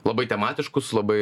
labai tematiškus labai